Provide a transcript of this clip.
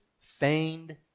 feigned